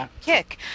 kick